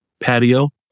patio